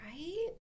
Right